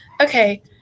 Okay